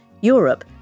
Europe